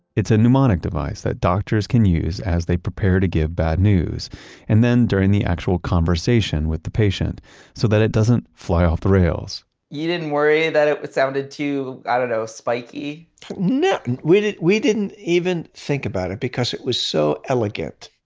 it's a pneumonic device that doctors can use as they prepare to give bad news and then during the actual conversation with the patient so that it doesn't fly off the rails you didn't worry that it sounded too, i don't know, spiky no, we didn't. we didn't even think of about it because it was so elegant.